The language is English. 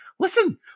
Listen